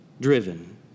Driven